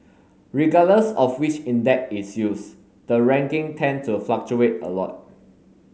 regardless of which index is used the ranking tend to fluctuate a lot